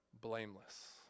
blameless